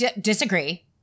disagree